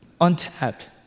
Untapped